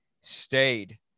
stayed